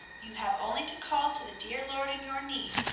you have only to call to the dear lord in your need,